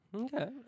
Okay